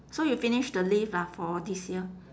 so you finish the leave lah for this year